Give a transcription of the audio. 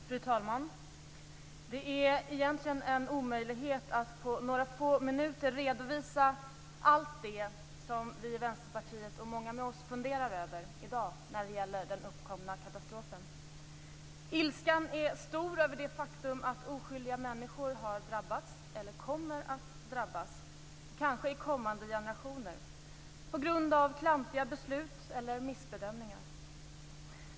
Fru talman! Det är egentligen en omöjlighet att på några få minuter redovisa allt det som vi i Vänsterpartiet och många med oss funderar över i dag när det gäller denna katastrof. Ilskan är stor över det faktum att oskyldiga människor har drabbats eller i kommande generationer kanske kommer att drabbas på grund av klantiga beslut eller missbedömningar.